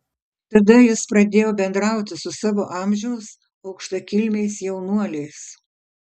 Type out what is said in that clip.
tada jis pradėjo bendrauti su savo amžiaus aukštakilmiais jaunuoliais